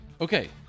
Okay